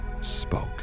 spoke